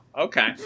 okay